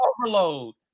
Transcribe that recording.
Overload